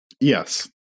Yes